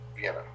Vienna